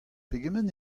pegement